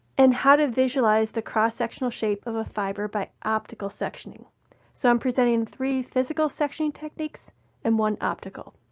and how to visualize the cross-sectional shape of a fiber by optical sectioning so i'm presenting three physical sectioning techniques and one optical.